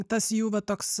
tas jų va toks